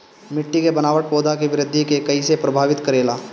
मिट्टी के बनावट पौधों की वृद्धि के कईसे प्रभावित करेला?